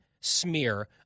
smear